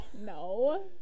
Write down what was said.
No